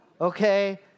okay